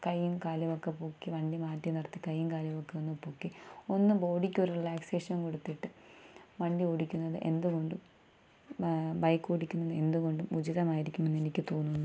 കൈയും കാലും ഒക്കെ പൊക്കി വണ്ടി മാറ്റി നിർത്തി കൈയും കാലും ഒക്കെ പൊക്കി ഒന്ന് ബോഡിക്കൊരു റിലേസാഷൻ കൊടുത്തിട്ട് വണ്ടി ഓടിക്കുന്നത് എന്തുകൊണ്ടും ബൈക്കോടിക്കുന്നത് എന്തുകൊണ്ടും ഉചിതം ആയിരിക്കുന്നു എന്ന് എനിക്ക് തോന്നുന്നു